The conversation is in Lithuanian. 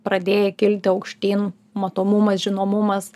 pradėjai kilti aukštyn matomumas žinomumas